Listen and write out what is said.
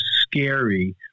scary